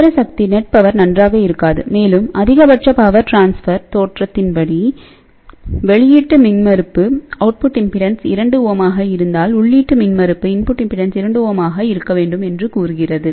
நிகர சக்தி நன்றாக இருக்காது மேலும் அதிகபட்ச பவர்டிரான்ஸ்பெர் தேற்றத்தின் படி வெளியீட்டு மின்மறுப்பு 2Ω என்றால் உள்ளீட்டு மின்மறுப்பு 2Ω ஆக இருக்க வேண்டும் என்று கூறுகிறது